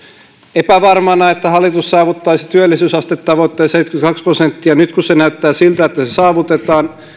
epävarmana että hallitus saavuttaisi työllisyysastetavoitteen seitsemänkymmentäkaksi prosenttia nyt kun näyttää siltä että se saavutetaan